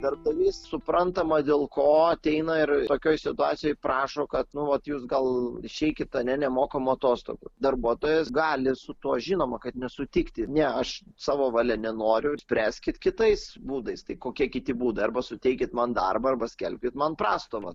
darbdavys suprantama dėl ko ateina ir tokioj situacijoj prašo kad nu vat jūs gal išeikit ane nemokamų atostogų darbuotojas gali su tuo žinoma kad nesutikti ne aš savo valia nenoriu ir spręskit kitais būdais tai kokie kiti būdai arba suteikit man darbą arba skelbkit man prastovą